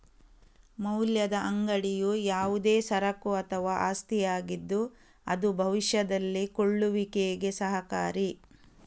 ಮೌಲ್ಯದ ಅಂಗಡಿಯು ಯಾವುದೇ ಸರಕು ಅಥವಾ ಆಸ್ತಿಯಾಗಿದ್ದು ಅದು ಭವಿಷ್ಯದಲ್ಲಿ ಕೊಳ್ಳುವಿಕೆಗೆ ಸಹಕಾರಿ